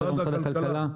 משרד הכלכלה,